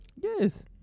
Yes